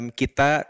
kita